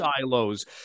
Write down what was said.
silos